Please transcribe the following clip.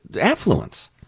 affluence